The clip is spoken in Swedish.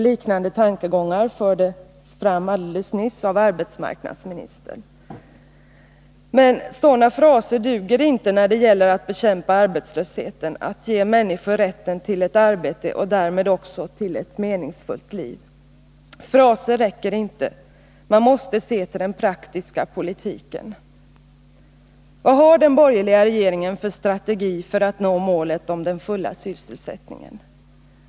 Liknande tankegångar fördes fram alldeles nyss av arbetsmarknadsministern. Men sådana fraser duger inte, när det gäller att bekämpa arbetslösheten — att ge människor rätten till ett arbete och därmed också till ett meningsfullt liv. Fraser räcker inte — man måste se till den praktiska politiken. Vad har den borgerliga regeringen för strategi för att nå målet om den fulla sysselsättningen?